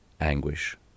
anguish